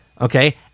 Okay